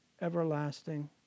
everlasting